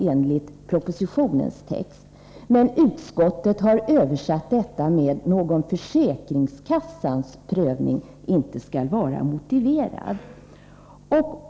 Utskottet har hänvisat till detta, men talar om att ”någon försäkringskassans prövning” inte anses motiverad.